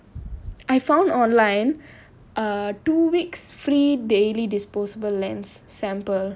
I found online uh two weeks free daily disposable lens sample